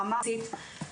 ברמה הארצית,